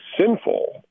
sinful